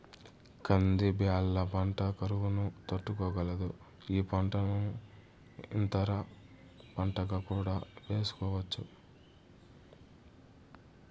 కంది బ్యాళ్ళ పంట కరువును తట్టుకోగలదు, ఈ పంటను అంతర పంటగా కూడా వేసుకోవచ్చు